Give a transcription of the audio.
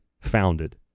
founded